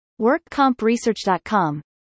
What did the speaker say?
WorkCompResearch.com